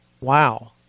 wow